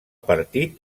partit